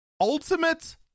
ultimate